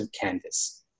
canvas